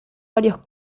varios